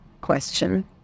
question